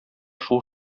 шул